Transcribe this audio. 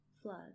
Flood